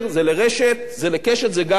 זה גם לתחנות הרדיו האזורי,